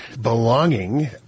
belonging